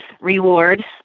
reward